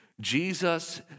Jesus